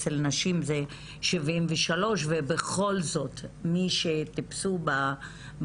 אצל נשים זה 73 ובכל זאת מי שטיפסו במדרג